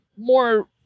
more